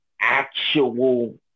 actual